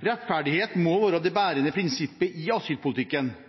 Rettferdighet må være det bærende prinsippet i asylpolitikken